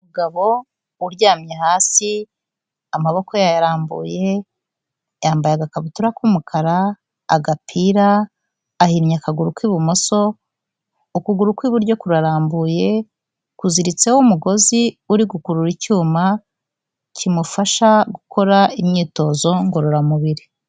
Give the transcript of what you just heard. Umugabo uryamye hasi amaboko ye arambuye yambaye agakabutura